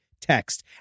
text